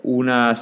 una